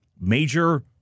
Major